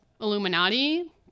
Illuminati